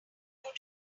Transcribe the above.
india